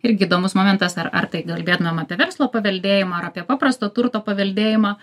irgi įdomus momentas ar ar tai kalbėtumėm apie verslo paveldėjimą ar apie paprasto turto paveldėjimą